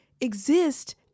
exist